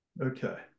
okay